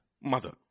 mother